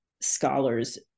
scholars